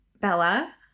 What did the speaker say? Bella